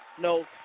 no